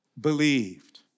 believed